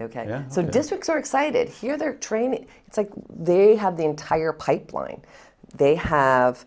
ok so districts are excited here they're training it's like they have the entire pipeline they have